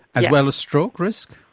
as well as stroke risk?